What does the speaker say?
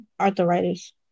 Arthritis